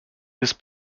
this